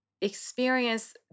experience